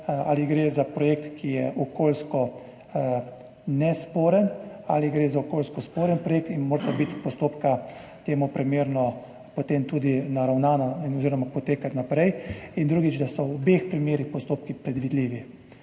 ali gre za projekt, ki je okoljsko nesporen, ali gre za okoljsko sporen projekt in morata biti postopka temu primerno potem tudi naravnana oziroma potekati naprej. In drugič, da so v obeh primerih postopki predvidljivi.